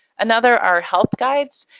another our help guides.